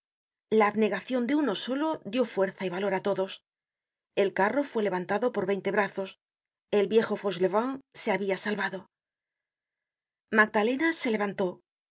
la abnegacion de uno solo dió fuerza y valor á todos el carro fue levantado por veinte brazos el viejo fauchelevent se habia salvado magdalena se levantó